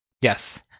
Yes